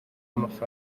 rwf